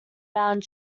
bound